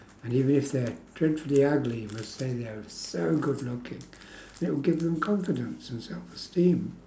and even if they're dreadfully ugly you must say they're so good looking that will give them confidence and self esteem